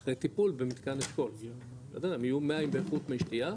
אחרי טיפול במתקן, הם יהיו מים באיכות מי שתייה,